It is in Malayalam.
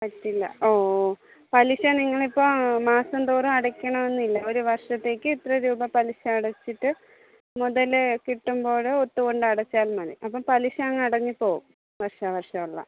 പറ്റില്ല ഓ ഓ പലിശ നിങ്ങളിപ്പോൾ മാസം തോറും അടക്കണമെന്നില്ല ഒരു വർഷത്തേക്ക് ഇത്ര രൂപ പലിശ അടച്ചിട്ട് മുതല് കിട്ടുമ്പോൾ ഒത്തുകൊണ്ട് അടച്ചാൽ മതി അപ്പം പലിശ അങ്ങു അടഞ്ഞു പോകും വർഷാവർഷമുള്ള